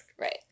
right